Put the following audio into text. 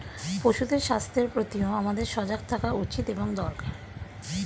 পশুদের স্বাস্থ্যের প্রতিও আমাদের সজাগ থাকা উচিত এবং দরকার